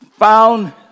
found